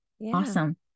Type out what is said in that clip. Awesome